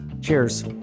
Cheers